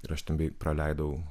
ir aš ten bei praleidau